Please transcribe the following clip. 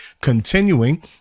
continuing